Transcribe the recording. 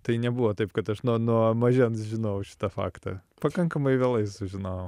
tai nebuvo taip kad aš nuo nuo mažens žinojau šitą faktą pakankamai vėlai sužinojau